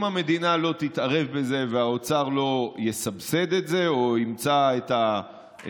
אם המדינה לא תתערב בזה והאוצר לא יסבסד את זה או ימצא את המודל,